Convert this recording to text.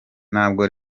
ntabwo